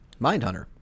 Mindhunter